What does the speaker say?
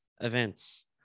events